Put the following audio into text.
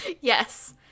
Yes